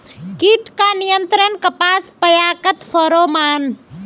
कीट का नियंत्रण कपास पयाकत फेरोमोन?